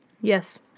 Yes